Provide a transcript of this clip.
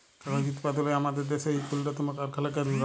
কাগজ উৎপাদলে আমাদের দ্যাশের ইক উল্লতম কারখালা কেলদ্র